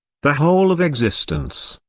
the whole of existence,